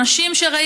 אנשים שהרי,